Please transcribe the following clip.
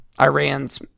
Iran's